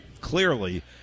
clearly